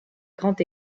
grand